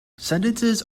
sentences